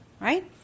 right